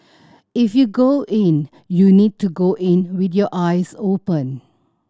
if you go in you need to go in with your eyes open